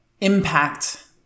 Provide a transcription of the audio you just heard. impact